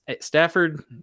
Stafford